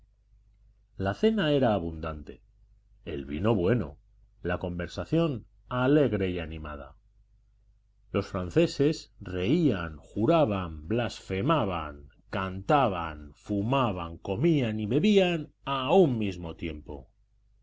la cena era abundante el vino bueno la conversación alegre y animada los franceses reían juraban blasfemaban cantaban fumaban comían y bebían a un mismo tiempo